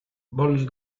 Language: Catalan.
vols